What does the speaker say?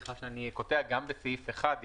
גם בסעיף 1,